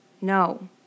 no